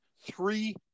Three